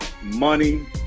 money